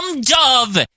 dove